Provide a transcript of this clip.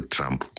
Trump